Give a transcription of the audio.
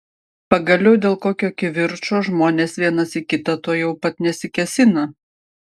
pagaliau dėl kokio kivirčo žmonės vienas į kitą tuojau pat nesikėsina